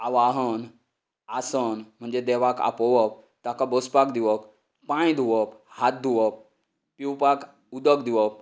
आवाहन आसन म्हणजे देवाक आपोवप ताका बसपाक दिवप पांय धुंवप हात धुंवप पिवपाक उदक दिवप